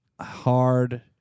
hard